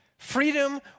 Freedom